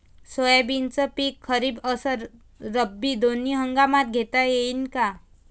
सोयाबीनचं पिक खरीप अस रब्बी दोनी हंगामात घेता येईन का?